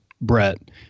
Brett